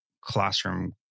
classroom